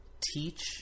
teach